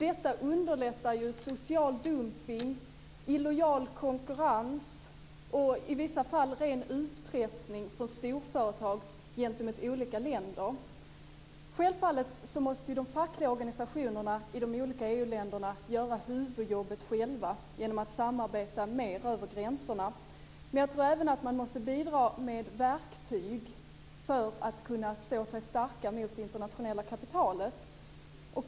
Detta underlättar social dumpning, illojal konkurrens och i vissa fall ren utpressning från storföretag gentemot olika länder. Självfallet måste de fackliga organisationerna i de olika EU-länderna göra huvudjobbet själva genom att samarbeta mer över gränserna. Men jag tror även att man måste bidra med verktyg för att de ska kunna stå starka mot det internationella kapitalet.